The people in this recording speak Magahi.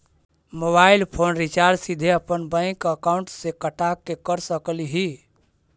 मोबाईल फोन रिचार्ज सीधे अपन बैंक अकाउंट से कटा के कर सकली ही?